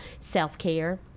self-care